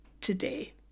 today